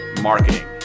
marketing